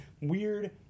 weird